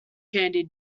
candy